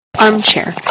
Armchair